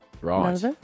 Right